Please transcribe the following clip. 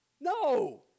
No